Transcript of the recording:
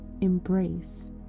embrace